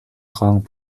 grand